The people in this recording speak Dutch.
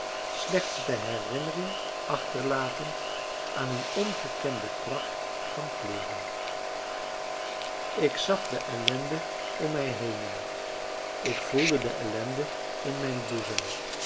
slechts de herinnering achterlatend aan een ongekende pracht van kleuren ik zag de ellende om mij henen ik voelde de ellende in mijn boezem